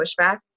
pushback